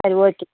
சரி ஓகே